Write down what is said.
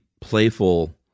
playful